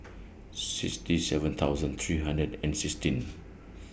sixty seven thousand three hundred and sixteen